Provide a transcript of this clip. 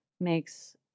makes